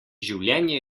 življenje